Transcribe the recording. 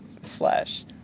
slash